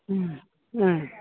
ம் ம்